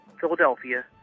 Philadelphia